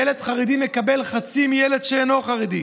ילד חרדי מקבל חצי מילד שאינו חרדי.